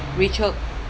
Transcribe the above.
rachel